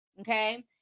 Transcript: okay